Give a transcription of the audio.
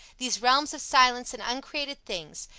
these realms of silence and uncreated things,